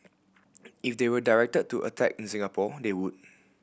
if they were directed to attack in Singapore they would